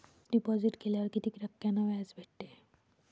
Fix deposit केल्यावर कितीक टक्क्यान व्याज भेटते?